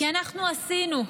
כי אנחנו עשינו,